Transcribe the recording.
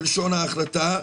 כלשון ההחלטה,